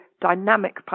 dynamic